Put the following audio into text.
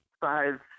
five